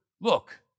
look